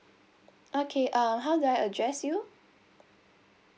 okay uh how do I address you